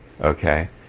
Okay